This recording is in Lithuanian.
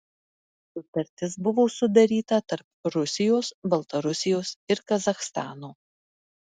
sutartis buvo sudaryta tarp rusijos baltarusijos ir kazachstano